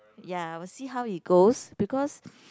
ya I will see how it goes because